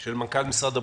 של מנכ"ל משרד הבריאות.